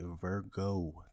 virgo